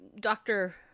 Doctor